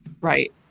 Right